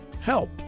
help